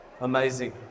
Amazing